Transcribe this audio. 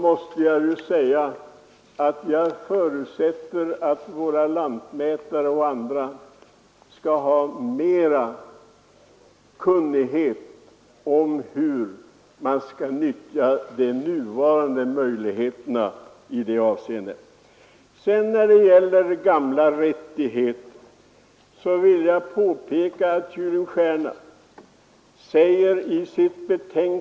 Men jag tycker att våra lantmätare och andra bör ha större kunnighet. När det gäller gamla rättigheter vill jag peka på vad Carl W.U.